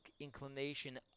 inclination